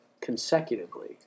consecutively